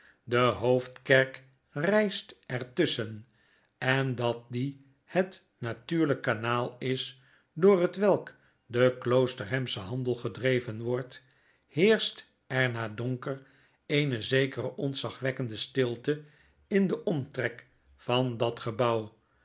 de hoofdkerk ryst er tusschen en dat die het natuurlijke kanaal is door hetwelk de kloosterhamsche handel gedreven wordt heerscht er na donker eene zekere ontzagwekkende stilte in den omtrek van dat gebouw